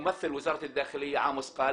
תודה שבאתם.